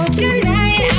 tonight